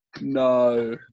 No